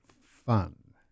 fun